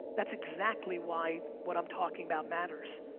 that's exactly why what i'm talking about matters.